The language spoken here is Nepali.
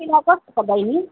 खानापिना कस्तो छ बहिनी